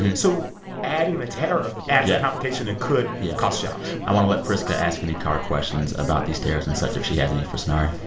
so adding the tariff adds a complication and could cost jobs i want to let priska ask any car questions about these tariffs and such if she has any for sonari,